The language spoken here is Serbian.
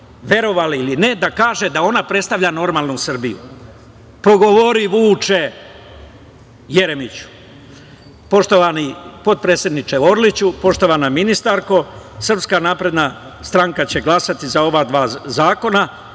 verovali ili ne, da kaže da ona predstavlja normalnu Srbiju? Progovori, Vuče Jeremiću. Poštovani potpredsedniče Orliću, poštovana ministarko, Srpska napredna stranka će glasati za ova dva zakona. Živeo